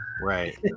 Right